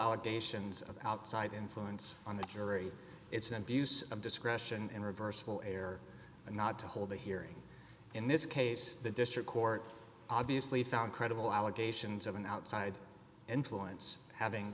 allegations of outside influence on the jury it's an abuse of discretion and reversible error not to hold a hearing in this case the district court obviously found credible allegations of an outside influence having